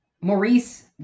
maurice